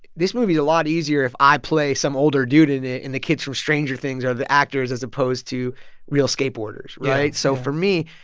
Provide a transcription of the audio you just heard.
this movie is a lot easier if i play some older dude in it and the kids from stranger things are the actors as opposed to real skateboarders, right? so for me,